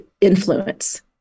influence